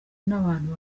n’abantu